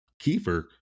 Kiefer